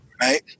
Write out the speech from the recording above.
Right